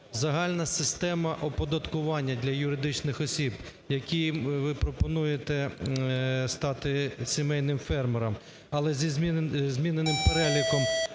Загальна система оподаткування для юридичних осіб, яким ви пропонуєте стати сімейними фермерами, але зі зміненим переліком